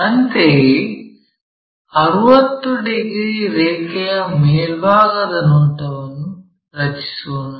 ಅಂತೆಯೇ 60 ಡಿಗ್ರಿ ರೇಖೆಯ ಮೇಲ್ಭಾಗದ ನೋಟವನ್ನು ರಚಿಸೋಣ